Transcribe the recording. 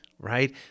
right